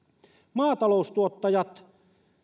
maataloustuottajat